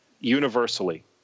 Universally